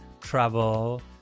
travel